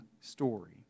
story